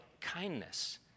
kindness